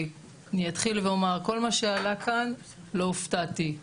אני אתחיל ואומר, כל מה שעלה כאן לא הופתעתי,